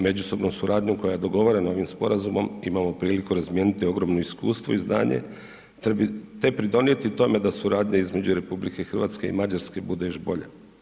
Međusobna suradnja koja je dogovorena ovim sporazumom imamo priliku razmijeniti ogromno iskustvo i znanje te pridonijeti tome da suradnja između RH i Mađarske bude još bolja.